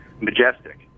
majestic